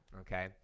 okay